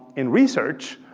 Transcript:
in research,